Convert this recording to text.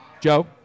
Joe